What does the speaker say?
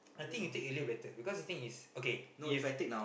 I think you take earlier better because I think is okay is